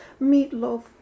meatloaf